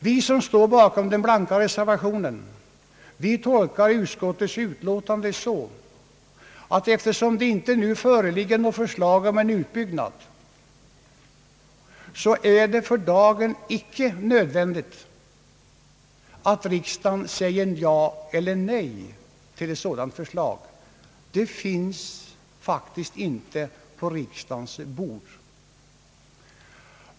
Vi som står bakom den blanka reservationen tolkar utskottets utlåtande så, att eftersom det nu inte föreligger något förslag om en utbyggnad, är det för dagen icke nödvändigt att riksdagen säger ja eller nej till ett sådant förslag. Det finns faktiskt inte något sådant på riksdagens bord.